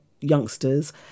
youngsters